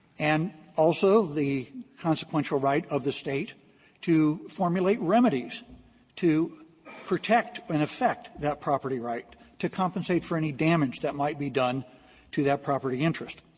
and also, the consequential right of the state to formulate remedies to protect and affect that property right, to compensate for any damage that might be done to that property interest.